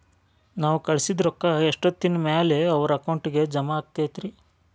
ನಾವು ಕಳಿಸಿದ್ ರೊಕ್ಕ ಎಷ್ಟೋತ್ತಿನ ಮ್ಯಾಲೆ ಅವರ ಅಕೌಂಟಗ್ ಜಮಾ ಆಕ್ಕೈತ್ರಿ?